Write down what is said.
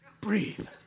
breathe